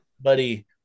Buddy